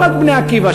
לא רק "בני עקיבא",